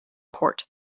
court